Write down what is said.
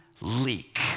leak